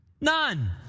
None